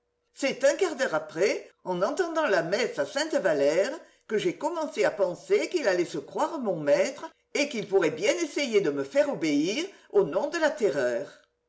c'est un quart d'heure après en entendant la messe à sainte valère que j'ai commencé à penser qu'il allait se croire mon maître et qu'il pourrait bien essayer de me faire obéir au nom de la terreur